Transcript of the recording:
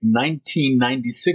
1996